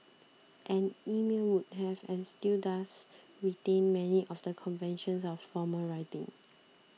and email would have and still does retain many of the conventions of formal writing